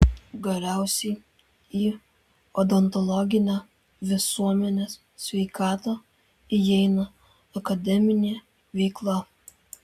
galiausiai į odontologinę visuomenės sveikatą įeina akademinė veikla